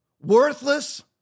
worthless